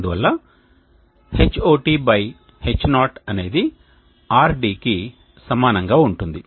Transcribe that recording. అందువల్ల H0t H0 అనేది RD కి సమానంగా ఉంటుంది